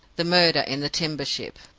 the murder in the timber ship?